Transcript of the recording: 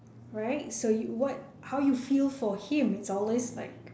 right so what how you feel for him is always like